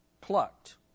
plucked